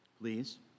please